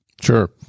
Sure